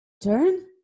turn